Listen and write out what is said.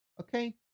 Okay